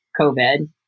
covid